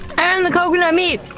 and the coconut meat!